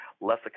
less